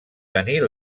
tenir